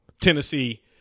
Tennessee